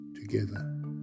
together